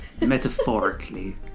Metaphorically